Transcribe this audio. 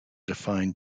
defined